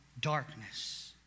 darkness